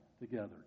together